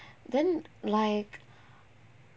then like